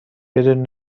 بدون